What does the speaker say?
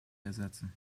ersetzen